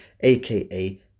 aka